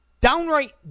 Downright